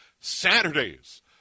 Saturdays